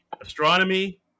astronomy